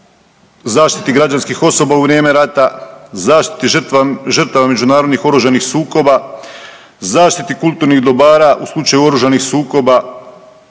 zaštiti građanskih osoba u vrijeme rate, zaštiti žrtava međunarodnih oružanih sukoba, zaštiti kulturnih dobara u slučaju oružanih sukoba,